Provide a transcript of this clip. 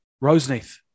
Roseneath